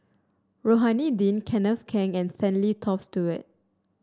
Rohani Din Kenneth Keng and Stanley Toft Stewart